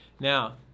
Now